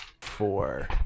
four